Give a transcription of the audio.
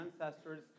ancestors